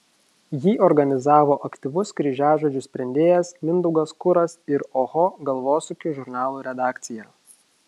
jį organizavo aktyvus kryžiažodžių sprendėjas mindaugas kuras ir oho galvosūkių žurnalų redakcija